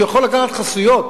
שהיא יכולה לקחת חסויות,